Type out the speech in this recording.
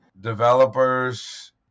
developers